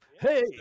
hey